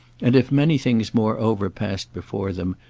and if many things moreover passed before them,